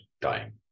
dying